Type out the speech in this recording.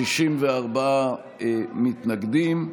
64 מתנגדים.